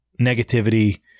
negativity